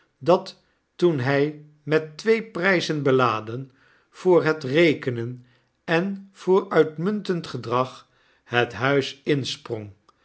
dat toen hy met twee pryzen beladen voor net rekenen en voor ui tmuntend gedrag het huis insprong